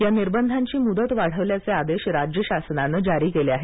या निर्बधांची मुदत वाढवल्याचे आदेश राज्य शासनानं जारी केले आहेत